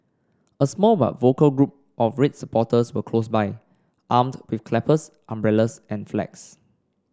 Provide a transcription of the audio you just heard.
a small but vocal group of red supporters were close by armed with clappers umbrellas and flags